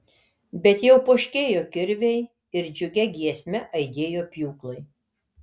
bet jau poškėjo kirviai ir džiugia giesme aidėjo pjūklai